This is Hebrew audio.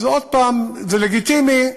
עוד פעם, זה לגיטימי,